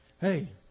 hey